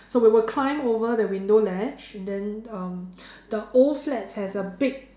so we will climb over the window ledge and then um the old flats has a big